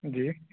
جی